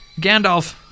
Gandalf